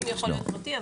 --- יכול להיות פרטי,